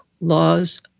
laws